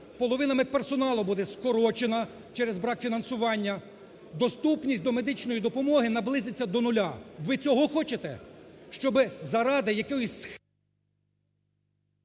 половина медперсоналу буде скорочена через брак фінансування, доступність до медичної допомоги наблизиться до нуля. Ви цього хочете,